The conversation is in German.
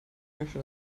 möchte